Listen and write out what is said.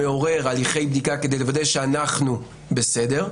מעורר הליכי בדיקה כדי לוודא שאנחנו בסדר,